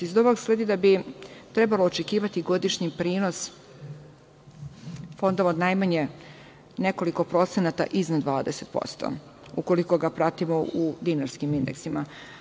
Iz ovog sledi da bi trebalo očekivati godišnji prinos fondova od najmanje nekoliko procenata iznad 20% ukoliko ga pratimo u dinarskim indeksima.